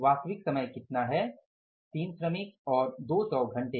वास्तविक समय कितना है 3 श्रमिक और 200 घंटे